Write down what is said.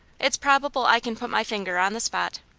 it's probable i can put my finger on the spot.